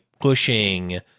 pushing